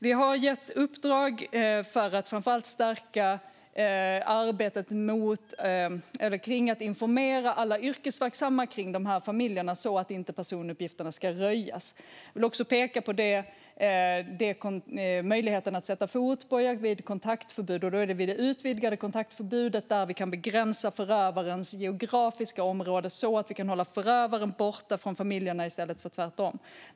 Vi har gett uppdrag för att framför allt stärka arbetet med att informera alla yrkesverksamma kring de här familjerna, så att inte personuppgifterna ska röjas. Jag vill också peka på möjligheten att sätta fotboja vid utvidgat kontaktförbud. Därigenom kan vi begränsa förövarnas geografiska område, så att vi kan hålla förövarna borta från familjerna i stället för tvärtom.